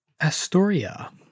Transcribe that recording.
Astoria